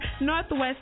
Northwest